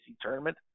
tournament